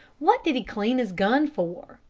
what did he clean his gun for?